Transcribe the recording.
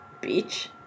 Beach